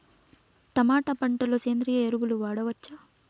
Tomato పంట లో సేంద్రియ ఎరువులు వాడవచ్చా?